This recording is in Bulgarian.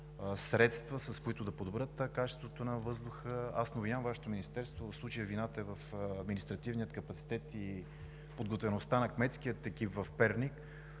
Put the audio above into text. средства, с които да подобрят качеството на въздуха. Аз не обвинявам Вашето министерство, а в случая вината е в административния капацитет и в подготвеността на кметския екип в Перник,